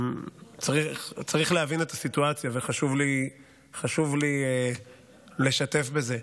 צריך להבין את הסיטואציה, וחשוב לי לשתף בזה.